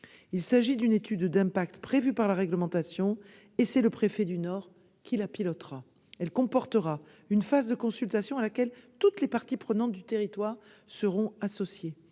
Il s'agit d'une étude d'impact prévue par la réglementation, et c'est le préfet du Nord qui la pilotera. Elle comportera une phase de consultations à laquelle toutes les parties prenantes du territoire seront associées.